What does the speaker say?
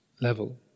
level